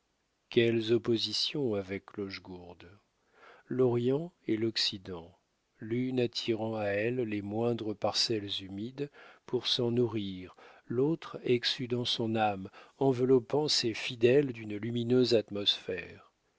quelles oppositions avec clochegourde l'orient et l'occident l'une attirant à elle les moindres parcelles humides pour s'en nourrir l'autre exsudant son âme enveloppant ses fidèles d'une lumineuse atmosphère